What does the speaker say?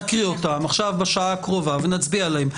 נקריא אותן עכשיו בשעה הקרובה ונצביע עליהן.